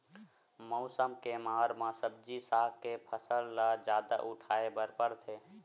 मउसम के मार म सब्जी साग के फसल ल जादा उठाए बर परथे